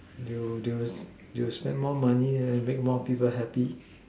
you use use you spent more money and make more people happy